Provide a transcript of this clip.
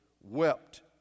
wept